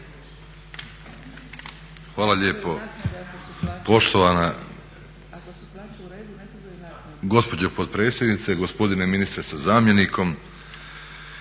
Hvala lijepo poštovana gospođo potpredsjednice, gospodine ministre sa zamjenikom.